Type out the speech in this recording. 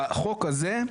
בחוק הזה,